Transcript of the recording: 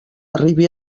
arribi